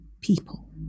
people